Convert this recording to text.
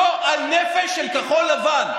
גועל נפש של כחול לבן.